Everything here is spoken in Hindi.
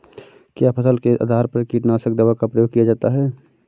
क्या फसल के आधार पर कीटनाशक दवा का प्रयोग किया जाता है?